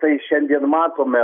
tai šiandien matome